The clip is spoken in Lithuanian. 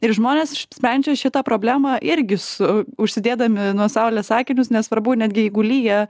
ir žmonės sprendžia šitą problemą irgi su užsidėdami nuo saulės akinius nesvarbu netgi jeigu lyja